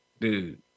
dude